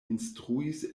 instruis